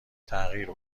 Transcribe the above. تغییر